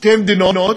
שתי מדינות,